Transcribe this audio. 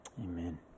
Amen